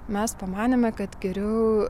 mes pamanėme kad geriau